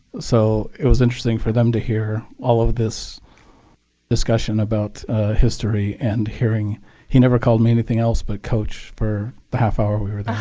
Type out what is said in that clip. so it was interesting for them to hear all of this discussion about history and hearing he never called me anything else but coach for the half hour we were